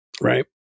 right